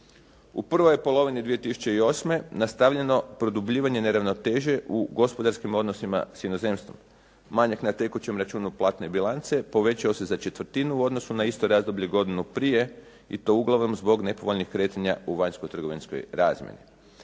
U prvoj je polovini 2008. nastavljeno produbljivanje neravnoteže u gospodarskim odnosima s inozemstvom, manjak na tekućem računu platne bilance povećao se za četvrtinu u odnosu na isto razdoblje godinu prije i to uglavnom zbog nepovoljnih kretanja u vanjsko trgovinskoj razmjeni.